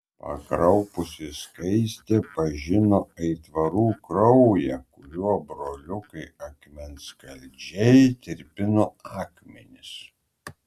pakraupusi skaistė pažino aitvarų kraują kuriuo broliukai akmenskaldžiai tirpino akmenis